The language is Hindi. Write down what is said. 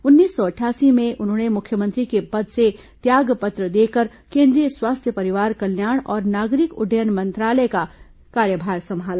उन्नीस सौ अठासी में उन्होंने मुख्यमंत्री के पद से त्याग पत्र देकर केंद्रीय स्वास्थ्य परिवार कल्याण और नागरिक उड्डयन मंत्रालय का कार्यभार संभाला